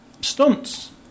stunts